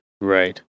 Right